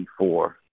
1984